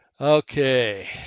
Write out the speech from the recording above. Okay